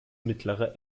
mittlere